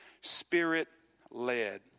spirit-led